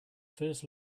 first